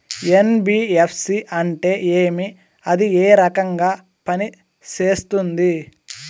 NBFC అంటే ఏమి అది ఏ రకంగా పనిసేస్తుంది